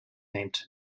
named